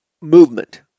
movement